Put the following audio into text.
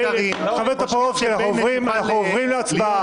חבר הכנסת טופורובסקי, אנחנו עוברים להצבעה.